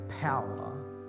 power